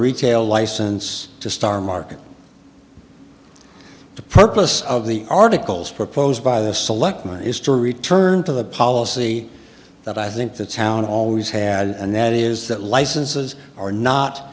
retail license to star market the purpose of the articles proposed by the selectmen is to return to the policy that i think that sound always had and that is that licenses are not